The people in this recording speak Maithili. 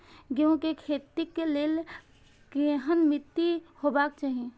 गेहूं के खेतीक लेल केहन मीट्टी हेबाक चाही?